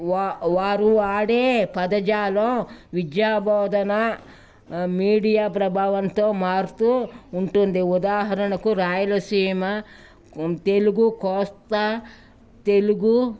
వా వారు ఆడే పదజాలం విద్యాబోధన మీడియా ప్రభావంతో మారుతూ ఉంటుంది ఉదాహరణకు రాయలసీమ తెలుగు కోస్త తెలుగు